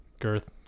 girth